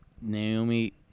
Naomi